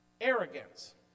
arrogance